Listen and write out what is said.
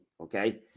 okay